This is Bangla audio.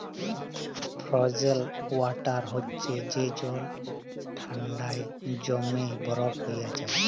ফ্রজেল ওয়াটার হছে যে জল ঠাল্ডায় জইমে বরফ হঁয়ে যায়